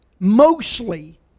Mostly